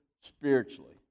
spiritually